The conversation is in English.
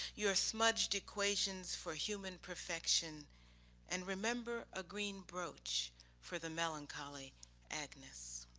your smudged equations for human perfection and remember a green broach for the melancholy agnes.